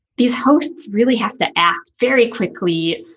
these hosts really have to act very quickly,